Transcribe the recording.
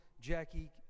Jackie